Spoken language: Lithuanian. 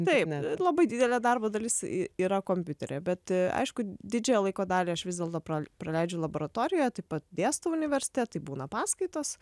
taip labai didelė darbo dalis į yra kompiuteryje bet aišku didžiąją laiko dalį aš vis dėlto pra praleidžiu laboratorijoje taip pat dėstau universitete tai būna paskaitos